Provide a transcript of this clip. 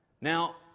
Now